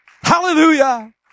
Hallelujah